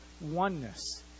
oneness